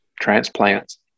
transplants